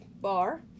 bar